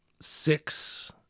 six